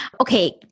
Okay